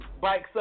bikes